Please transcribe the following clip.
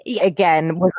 Again